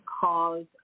cause